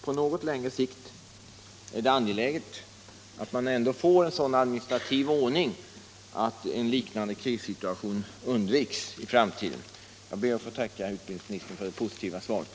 På något längre sikt är det dock angeläget att få till stånd en sådan administrativ ordning att liknande krissituationer kan undvikas. Jag ber att få tacka utbildningsministern för det positiva svaret.